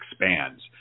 expands